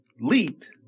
leaked